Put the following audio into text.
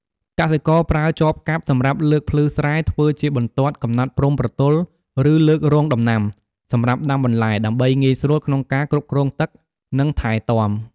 កសិករប្រើចបកាប់សម្រាប់ លើកភ្លឺស្រែធ្វើជាបន្ទាត់កំណត់ព្រំប្រទល់ឬលើករងដំណាំ សម្រាប់ដាំបន្លែ ដើម្បីងាយស្រួលក្នុងការគ្រប់គ្រងទឹក និងថែទាំ។